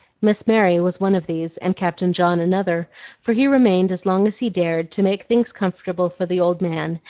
miss mary was one of these, and captain john another for he remained as long as he dared, to make things comfortable for the old man,